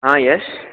હા યશ